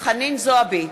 חנין זועבי,